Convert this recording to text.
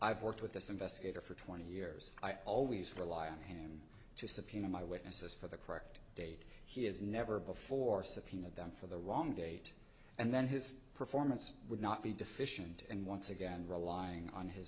i've worked with this investigator for twenty years i always rely on him to subpoena my witnesses for the correct date he has never before subpoenaed them for the wrong date and then his performance would not be deficient and once again relying on his